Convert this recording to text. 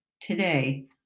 Today